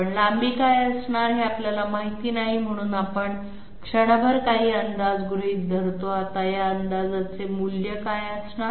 पण लांबी काय असणार हे आपल्याला माहीत नाही म्हणून आपण क्षणभर काही अंदाज गृहीत धरतो आता या अंदाजाचे मूल्य काय असणार